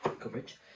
Coverage